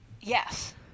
yes